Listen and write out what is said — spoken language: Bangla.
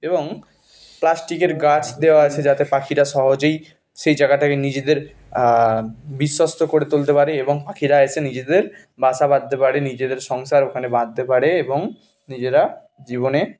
এবং প্লাস্টিকের গাছ দেওয়া আছে যাতে পাখিরা সহজেই সেই জাগাটাকে নিজেদের বিশ্বস্ত করে তুলতে পারে এবং পাখিরা এসে নিজেদের বাসা বাঁধতে পারে নিজেদের সংসার ওখানে বাঁধতে পারে এবং নিজেরা জীবনে